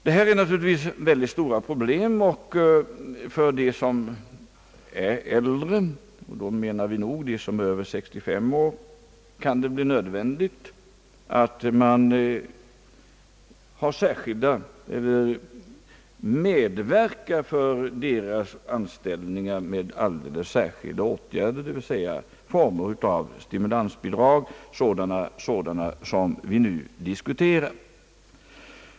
Detta är synnerligen stora problem och det kan för de äldre — och därmed menar jag i detta fall personer över 65 år — bli nödvändigt att sätta in åtgärder, som medverkar till att de kan vinna anställning, t.ex. sådana stimulansbidrag som vi nu diskuterar.